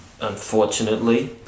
unfortunately